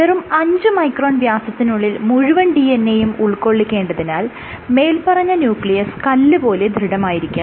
വെറും അഞ്ച് മൈക്രോൺ വ്യാസത്തിനുള്ളിൽ മുഴുവൻ DNA യും ഉൾക്കൊള്ളിക്കേണ്ടതിനാൽ മേല്പറഞ്ഞ ന്യൂക്ലിയസ് കല്ലുപോലെ ദൃഢമായിരിക്കും